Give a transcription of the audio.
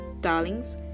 darlings